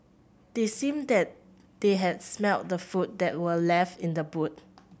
seemed than they had smelt the food that were left in the boot